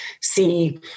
see